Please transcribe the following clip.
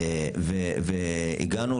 והגענו